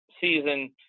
season